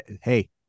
hey